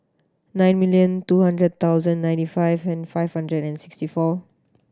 nine million two hundred thousand ninety five and five hundred and sixty four